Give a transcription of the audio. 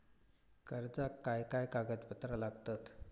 कर्जाक काय काय कागदपत्रा लागतत?